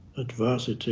adversity